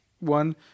One